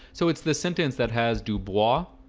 so it's the sentence that has du bois